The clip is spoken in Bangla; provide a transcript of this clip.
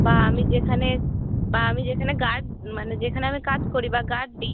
বা আমি যেখানে বা আমি যেখানে গার্ড মানে যেখানে আমি কাজ করি বা গার্ড দিই